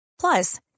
Plus